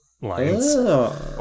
lines